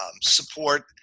support